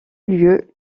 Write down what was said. lieu